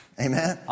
Amen